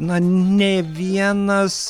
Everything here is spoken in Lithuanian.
na nė vienas